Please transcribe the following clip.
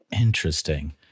Interesting